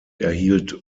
erhielt